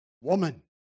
woman